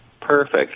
perfect